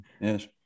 Yes